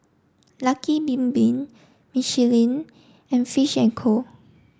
Lucky Bin Bin Michelin and Fish and Co